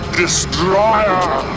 destroyer